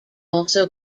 also